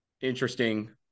interesting